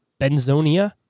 Benzonia